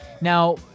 Now